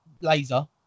laser